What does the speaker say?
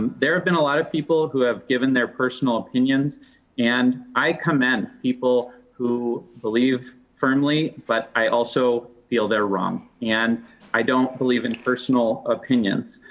there have been a lot of people people who have given their personal opinions and i commend people who believe firmly, but i also feel they're wrong. and i don't believe in personal opinions.